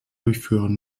durchführen